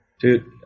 Dude